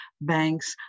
banks